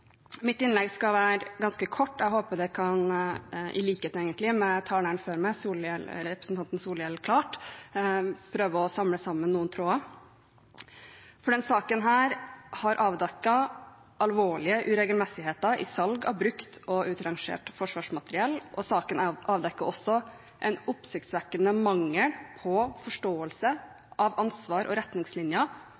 Mitt innlegg skal være ganske kort. Jeg skal prøve, og jeg håper jeg kan – i likhet med det taleren før meg, representanten Solhjell, klarte – samle sammen noen tråder. Denne saken har avdekket alvorlige uregelmessigheter ved salg av brukt og utrangert forsvarsmateriell, og saken avdekket også en oppsiktsvekkende mangel på forståelse